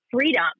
freedom